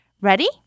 Ready